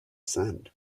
sand